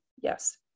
Yes